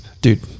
dude